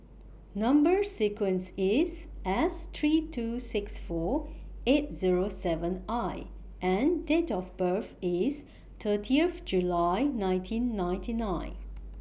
Number sequence IS S three two six four eight Zero seven I and Date of birth IS thirtieth July nineteen ninety nine